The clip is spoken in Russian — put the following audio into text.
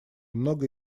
многое